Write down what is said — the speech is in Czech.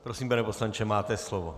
Prosím, pane poslanče, máte slovo.